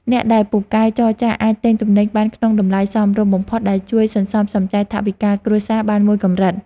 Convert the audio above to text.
អ្នកដែលពូកែចរចាអាចទិញទំនិញបានក្នុងតម្លៃសមរម្យបំផុតដែលជួយសន្សំសំចៃថវិកាគ្រួសារបានមួយកម្រិត។